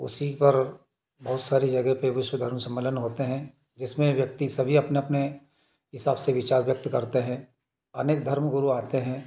उसी पर बहुत सारी जगह पे विश्व धर्म सम्मलेन होते हैं जिसमें व्यक्ति सभी अपने अपने हिसाब से विचार व्यक्त करते हैं अनेक धर्म गुरु आते हैं